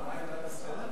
מה עמדת השר?